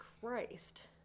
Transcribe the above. Christ